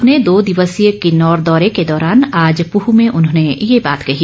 अपने दो दिवसीय किन्नौर दौरे के दौरान आज पूह में उन्होंने ये बात कही